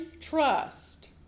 trust